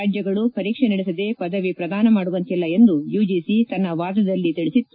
ರಾಜ್ಯಗಳು ಪರೀಕ್ಷೆ ನಡೆಸದೆ ಪದವಿ ಪ್ರದಾನ ಮಾಡುವಂತಿಲ್ಲ ಎಂದು ಯುಜಿಸಿ ತನ್ನ ವಾದದಲ್ಲಿ ತಿಳಸಿತ್ತು